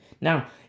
Now